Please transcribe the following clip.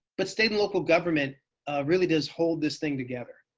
but state and local government really does hold this thing together.